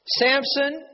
Samson